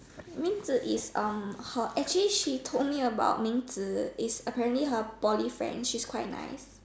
Ming-Zi is um her actually she told me about Ming-Zi is apparently her Poly friend she's quite nice